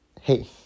hey